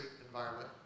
environment